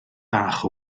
bach